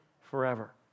forever